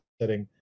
setting